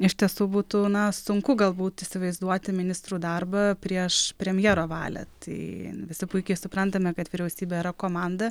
iš tiesų būtų na sunku galbūt įsivaizduoti ministrų darbą prieš premjero valią tai visi puikiai suprantame kad vyriausybė yra komanda